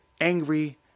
angry